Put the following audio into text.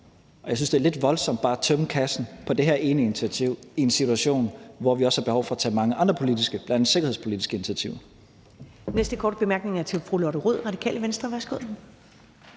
jeg synes, det er lidt voldsomt bare at tømme kassen på det her ene initiativ, i en situation hvor vi også har behov for at tage mange andre politiske initiativer, bl.a. sikkerhedspolitiske initiativer.